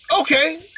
Okay